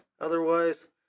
otherwise